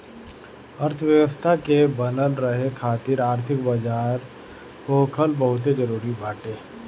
अर्थव्यवस्था के बनल रहे खातिर आर्थिक बाजार होखल बहुते जरुरी बाटे